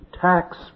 tax